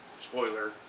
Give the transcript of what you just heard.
spoiler